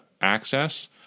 access